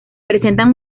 presentan